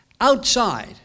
outside